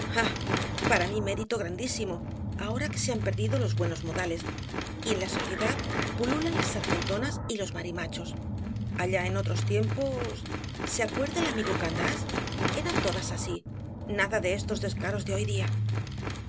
para mí mérito grandísimo ahora que se han perdido los buenos modales y en la sociedad pululan las sargentonas y los marimachos allá en otros tiempos se acuerda el amigo candás eran todas así nada de estos descaros de hoy día